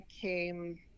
came